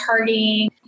partying